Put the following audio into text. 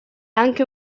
anche